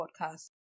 podcast